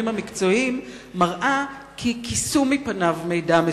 המקצועיים מראה כי כיסו מפניו מידע מסוים.